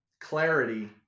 clarity